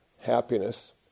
Happiness